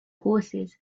horses